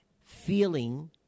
feeling